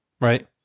right